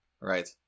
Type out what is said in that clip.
Right